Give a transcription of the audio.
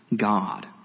God